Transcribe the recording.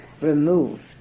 removed